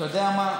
אתה יודע מה,